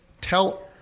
tell